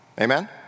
Amen